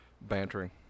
bantering